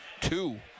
two